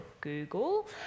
Google